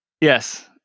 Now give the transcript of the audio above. Yes